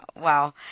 wow